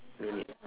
no need